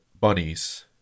bunnies